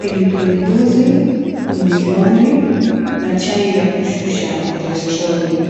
pilipili mbuzi, rujuani, na chai ya kushusha kolestroli.